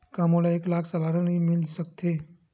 का मोला एक लाख सालाना ऋण मिल सकथे?